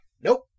nope